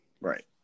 Right